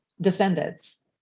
defendants